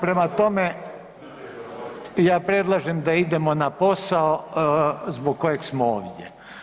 Prema tome, ja predlažem da idemo na posao zbog kojeg smo ovdje.